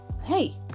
hey